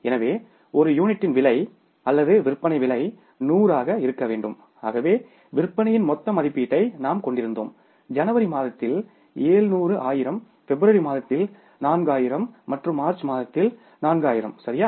எனவே ஒரு அழகின் விலை அல்லது விற்பனை விலை 100 ஆக இருக்க வேண்டும் ஆகவே விற்பனையின் மொத்த மதிப்பீட்டை நாம் கொண்டிருந்தோம் ஜனவரி மாதத்தில் 700 ஆயிரம் பிப்ரவரி மாதத்தில் 400 ஆயிரம் மற்றும் மார்ச் மாதத்தில் 400 ஆயிரம் சரியா